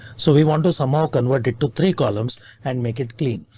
so we want to somehow convert it to three columns and make it clean.